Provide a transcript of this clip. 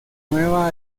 nueva